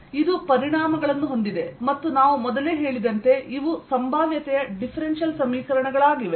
ಇದು ಪರಿಣಾಮಗಳನ್ನು ಹೊಂದಿದೆ ಮತ್ತು ನಾವು ಮೊದಲೇ ಹೇಳಿದಂತೆ ಇವು ಸಂಭಾವ್ಯತೆಯ ಡಿಫ್ರೆನ್ಸಿಯಲ್ ಸಮೀಕರಣಗಳಾಗಿವೆ